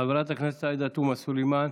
חברת הכנסת עאידה תומא סלימאן,